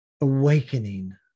awakening